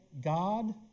God